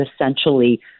essentially